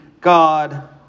God